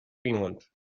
finland